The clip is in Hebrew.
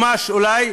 ממש אולי,